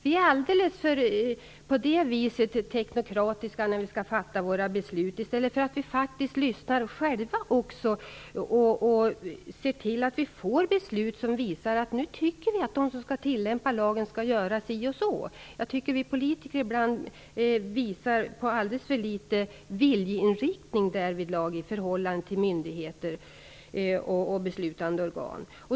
Vi är alldeles för teknokratiska när vi skall fatta våra beslut i det sammanhanget. I stället bör vi själva lyssna och se till att vi får beslut som visar att vi anser att de som skall tillämpa lagen skall göra si eller så. Jag anser att vi politiker ibland visar alldeles för liten viljeinriktning därvidlag i förhållande till myndigheter och beslutande organ.